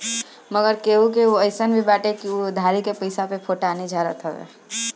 मगर केहू केहू अइसन भी बाटे की उ उधारी के पईसा पे फोटानी झारत हवे